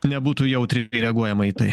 nebūtų jautriai reaguojama į tai